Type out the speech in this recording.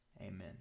Amen